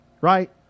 Right